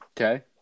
okay